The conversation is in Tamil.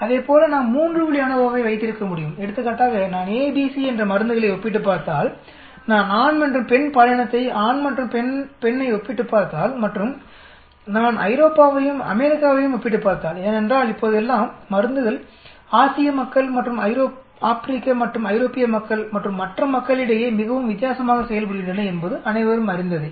அதைப் போல நாம் மூன்று வழி அநோவாவை வைத்திருக்க முடியும் எடுத்துக்காட்டாக நான் ஏ பி சி என்கிற 3 மருந்துகளை ஒப்பிட்டுப் பார்த்தால் நான் ஆண் மற்றும் பெண் பாலினத்தை ஆண் மற்றும் பெண்ணை ஒப்பிட்டுப் பார்த்தால் மற்றும் நான் ஐரோப்பாவையும் அமெரிக்காவையும் ஒப்பிட்டுப் பார்த்தால் ஏனென்றால் இப்போதெல்லாம் மருந்துகள் ஆசிய மக்கள் மற்றும் ஆப்பிரிக்க மற்றும் ஐரோப்பிய மக்கள் மற்றும் மற்ற மக்களிடையே மிகவும் வித்தியாசமாக செயல்புரிகின்றன என்பது அனைவரும் அறிந்ததே